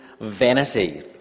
vanity